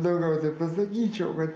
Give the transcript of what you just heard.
daugiau tai pasakyčiau kad